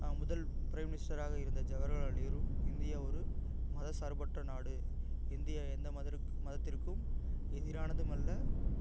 முதல் பிரைம் மினிஸ்டராக இருந்த ஜவஹர்லால் நேரு இந்தியா ஒரு மதசார்பற்ற நாடு இந்தியா எந்த மதர்த் மதத்திற்கும் எதிரானதும் அல்ல